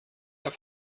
auf